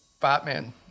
Batman